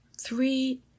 three